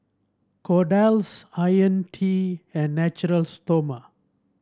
Kordel's IoniL T and Natura Stoma